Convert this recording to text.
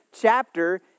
chapter